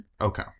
Okay